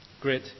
great